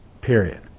Period